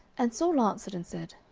and saul answered and said,